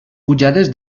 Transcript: pujades